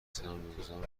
سرمایهگذاران